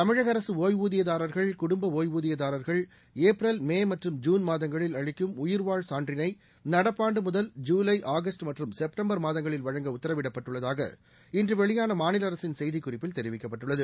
தமிழக அரசு ஒய்வுதியதாரா்கள் குடும்ப ஒய்வுதியதாரா்கள் ஏப்ரல் மே மற்றும் ஜுன் மாதங்களில் அளிக்கும் உயிர் வாழ் சான்றினை நடப்பாண்டு முதல் ஜுலை ஆகஸ்ட் மற்றும் செப்டம்பர் மாதங்களில் வழங்க உத்தரவிடப்பட்டுள்ளதாக இன்று வெளியான மாநில அரசின் செய்திக் குறிப்பில் தெரிவிக்கப்பட்டுள்ளது